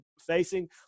facing